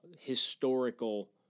historical